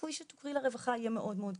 הסיכוי שתפני לרווחה יהיה מאוד מאוד קטן.